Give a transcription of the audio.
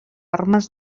armes